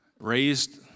raised